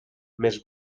més